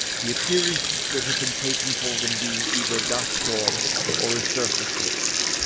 the appearances that have been taken for them being either dust-storms or a surface haze